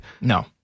no